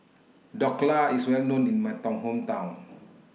Dhokla IS Well known in My Town Hometown